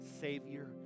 Savior